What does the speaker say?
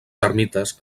ermites